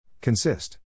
Consist